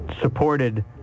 supported